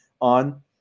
on